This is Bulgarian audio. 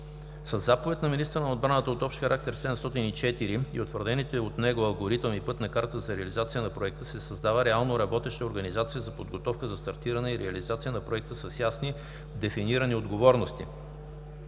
Със Заповед на министъра на отбраната № ОХ-704 и утвърдените от него Алгоритъм и Пътна карта за реализация на Проекта се създава реално работеща организация за подготовка за стартиране и реализация на Проекта с ясно дефинирани отговорности,